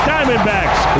Diamondbacks